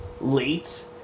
late